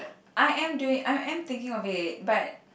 I am doing I am thinking of it but